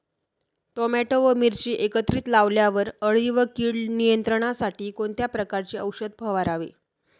Tomato व मिरची एकत्रित लावल्यावर अळी व कीड नियंत्रणासाठी कोणत्या प्रकारचे औषध फवारावे?